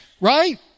right